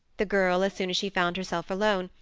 the girl, as soon as she found herself alone,